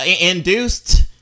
induced